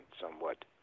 somewhat